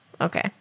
Okay